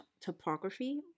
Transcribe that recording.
topography